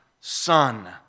son